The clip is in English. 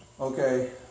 Okay